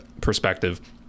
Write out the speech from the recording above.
perspective